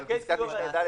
זה החלק ש --- "(2)